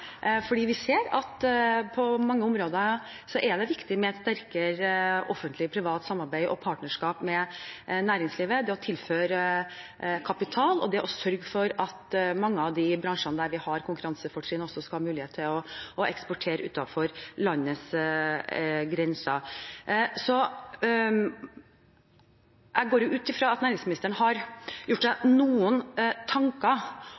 Vi ser at på mange områder er det viktig med et sterkere offentlig-privat samarbeid og partnerskap med næringslivet, det å tilføre kapital og sørge for at mange av de bransjene der vi har konkurransefortrinn, også skal ha mulighet til å eksportere utenfor landets grenser. Jeg går ut fra at næringsministeren har gjort seg noen tanker